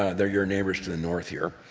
they're your neighbors to the north here,